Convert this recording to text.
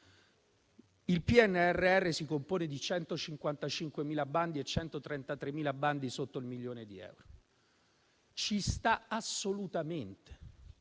il PNRR si compone di 155.000 bandi, di cui 133.000 bandi sotto il milione di euro. Ci sta assolutamente